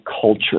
culture